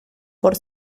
por